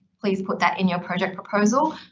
please put that in your project proposal.